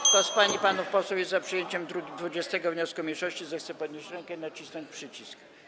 Kto z pań i panów posłów jest za przyjęciem 20. wniosku mniejszości, zechce podnieść rękę i nacisnąć przycisk.